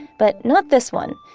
but not this one.